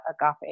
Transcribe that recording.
agape